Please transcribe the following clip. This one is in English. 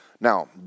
Now